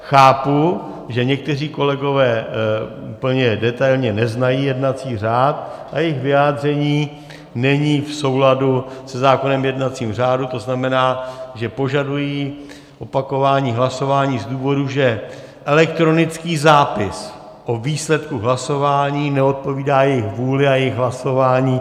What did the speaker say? Chápu, že někteří kolegové úplně detailně neznají jednací řád a jejich vyjádření není v souladu se zákonem o jednacím řádu, to znamená, že požadují opakování hlasování z důvodu, že elektronický zápis o výsledku hlasování neodpovídá jejich vůli a jejich hlasování.